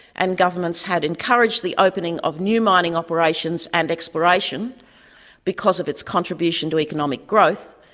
and governments had encouraged the opening of new mining operations and exploration because of its contribution to economic growth,